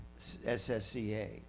SSCA